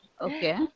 Okay